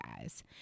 guys